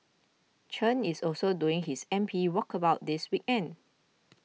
Chen is also doing his M P walkabouts this weekend